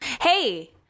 hey